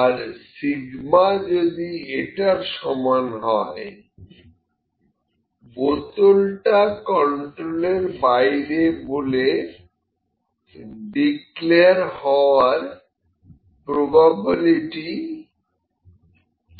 আর sigma যদি এটার সমান হয় বোতলটা কন্ট্রোলের বাইরে বলে ডিক্লেয়ার হওয়ার প্রবাবিলিটি কি